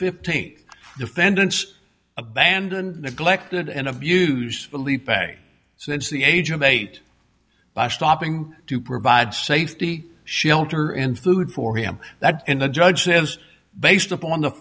fifteen defendants abandoned neglected and abused belief a since the age of eight by stopping to provide safety shelter and food for him that the judge says based upon the